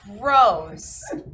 gross